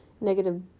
negative